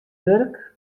wurk